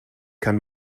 kann